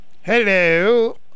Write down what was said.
Hello